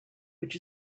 which